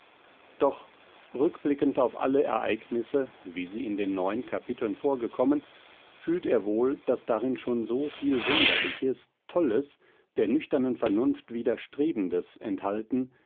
doch rückblickend auf alle ereignisse wie sie in den neun kapiteln vorgekommen fühlt er wohl daß darin schon so viel wunderliches tolles der nüchternen vernunft widerstrebendes enthalten